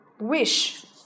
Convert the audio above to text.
wish